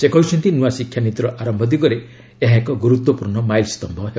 ସେ କହିଛନ୍ତି ନୂଆ ଶିକ୍ଷାନୀତିର ଆରମ୍ଭ ଦିଗରେ ଏହା ଏକ ଗୁରୁତ୍ୱପୂର୍ଣ୍ଣ ମାଇଲସ୍ତିୟ ହେବ